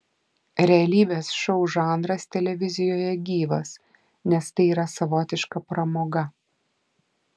realybės šou žanras televizijoje gyvas nes tai yra savotiška pramoga